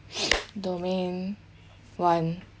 domain one